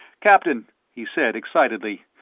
captain, he said excitedly,